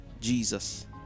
Jesus